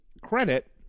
credit